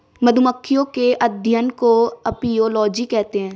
मधुमक्खियों के अध्ययन को अपियोलोजी कहते हैं